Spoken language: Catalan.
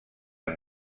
amb